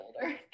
older